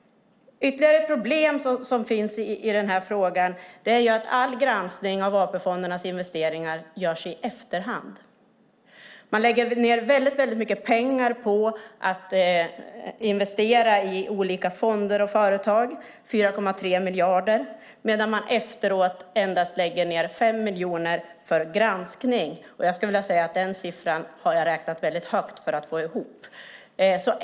Ytterligare ett problem som finns är att all granskning av AP-fondernas investeringar görs i efterhand. Man lägger ned väldigt mycket pengar - 4,3 miljarder - på att investera i olika fonder och företag medan man efteråt lägger ned endast 5 miljoner på granskning. Då vill jag säga att jag har räknat väldigt högt för att få fram den siffran.